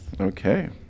Okay